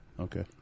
Okay